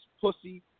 pussy